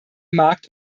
markt